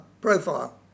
profile